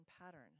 pattern